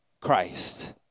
Christ